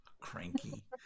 cranky